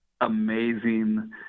amazing